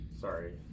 Sorry